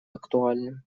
актуальным